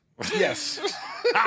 Yes